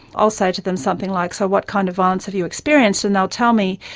i'll say to them something like, so what kind of violence have you experienced? and they'll tell me,